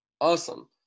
Awesome